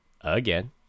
again